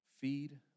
feed